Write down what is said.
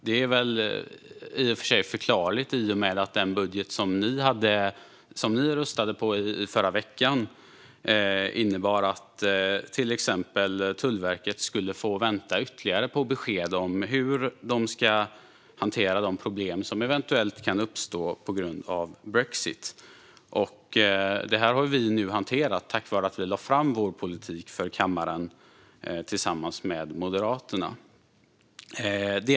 Det är väl i och för sig förklarligt i och med att den budget som ni röstade på i förra veckan innebar att till exempel Tullverket skulle få vänta ytterligare på besked om hur de ska hantera de problem som eventuellt kan uppstå på grund av brexit. Det här har vi nu hanterat tack vare att vi lade fram vår politik för kammaren tillsammans med Moderaterna.